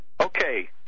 Okay